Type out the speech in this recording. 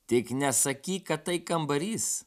tik nesakyk kad tai kambarys